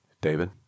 David